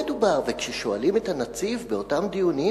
וכששואלים את הנציב באותם דיונים,